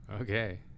Okay